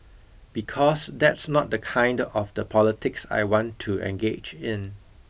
because that's not the kind of the politics I want to engage in